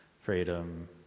freedom